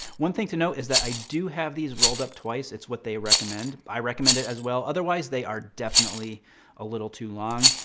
one thing to note is that i do have these rolled up twice. it's what they recommend. i recommend it as well. otherwise they are definitely a little too long.